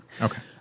Okay